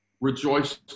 Rejoice